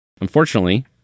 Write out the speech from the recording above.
Unfortunately